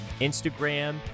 Instagram